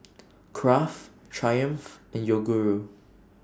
Kraft Triumph and Yoguru